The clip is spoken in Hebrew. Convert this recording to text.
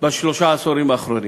בשלושת העשורים האחרונים: